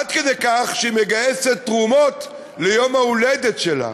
עד כדי כך שהא מגייסת תרומות ליום ההולדת שלה.